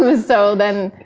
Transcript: so so then,